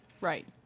Right